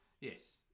yes